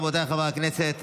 רבותיי חברי הכנסת,